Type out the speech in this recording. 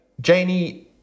Janie